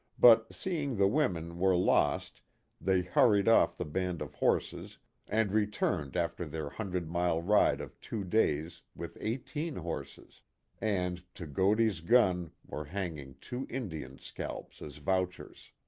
but seeing the women were lost they hurried off the band of horses and returned after their hundred-mile ride of two days with eighteen horses and, to godey's gun were hanging two indian scalps as vouchers.